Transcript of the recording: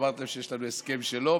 אמרתי להם שיש לנו הסכם שלא,